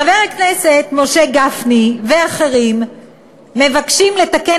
חבר הכנסת משה גפני ואחרים מבקשים לתקן